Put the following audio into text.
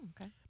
okay